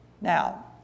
Now